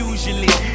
Usually